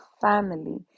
family